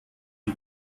die